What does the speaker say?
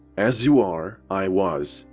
as you are, i was.